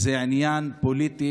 זה עניין פוליטי,